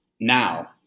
now